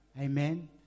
Amen